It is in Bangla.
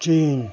চীন